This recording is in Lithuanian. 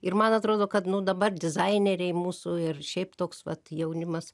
ir man atrodo kad nu dabar dizaineriai mūsų ir šiaip toks vat jaunimas